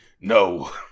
No